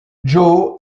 joo